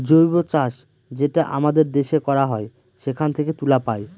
জৈব চাষ যেটা আমাদের দেশে করা হয় সেখান থেকে তুলা পায়